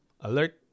alert